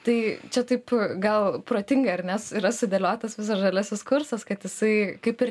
tai čia taip gal protinga ir nes yra sudėliotas visas žaliasis kursas kad jisai kaip ir